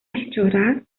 алчуураар